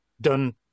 done